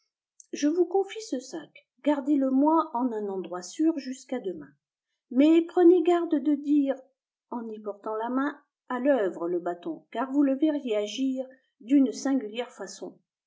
je vous confie ce sac gardez le moi en un endroit sûr jusqu'à demain mais prenez garde de dire en y portant la main a l'œuvre le bâton car vous le verriez agir d'une singulière façon